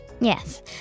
Yes